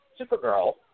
Supergirl